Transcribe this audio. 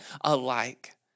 alike